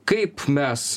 kaip mes